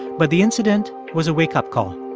but the incident was a wake-up call.